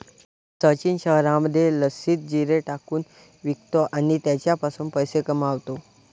सचिन शहरामध्ये लस्सीत जिरे टाकून विकतो आणि त्याच्यापासून पैसे कमावतो